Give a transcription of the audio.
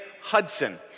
Hudson